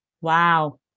Wow